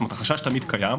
זאת אומרת, החשש תמיד קיים.